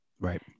right